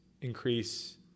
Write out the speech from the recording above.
increase